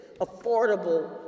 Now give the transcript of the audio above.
affordable